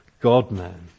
God-man